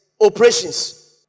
operations